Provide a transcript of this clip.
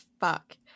fuck